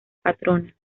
patrona